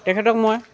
তেখেতক মই